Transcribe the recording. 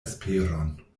esperon